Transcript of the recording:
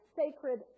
sacred